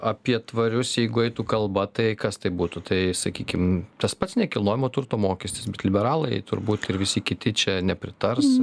apie tvarius jeigu eitų kalba tai kas tai būtų tai sakykim tas pats nekilnojamo turto mokestis bet liberalai turbūt ir visi kiti čia nepritars